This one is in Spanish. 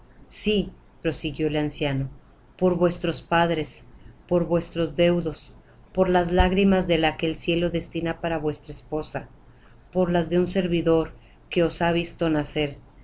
sí prosiguió el anciano por vuestros padres por vuestros deudos por las lágrimas de la que el cielo destina para vuestra esposa por las de un servidor que os ha visto nacer